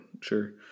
sure